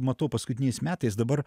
matau paskutiniais metais dabar